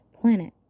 planet